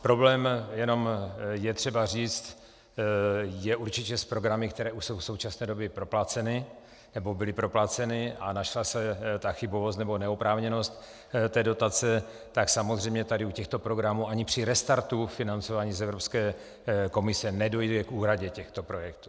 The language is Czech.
Problém jenom, to je třeba říct, je určitě s programy, které už jsou v současné době propláceny nebo byly propláceny a našla se ta chybovost nebo neoprávněnost té dotace, tak samozřejmě u těchto programů ani při restartu financování z Evropské komise nedojde k úhradě těchto projektů.